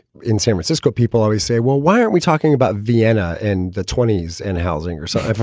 in san francisco, people always say, well, why aren't we talking about vienna in the twenty s and housing or so?